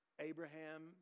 Abraham